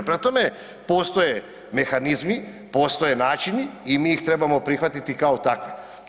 Prema tome postoje mehanizmi, postoje načini i mi ih trebamo prihvatiti kao takve.